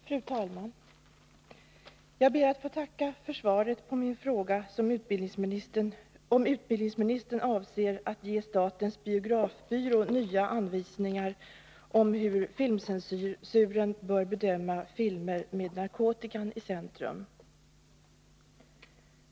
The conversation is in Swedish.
Fru talman! Jag ber att få tacka för svaret på min fråga, om utbildningsministern avser att ge statens biografbyrå nya anvisningar om hur filmcensuren bör bedöma filmer med narkotikan i centrum.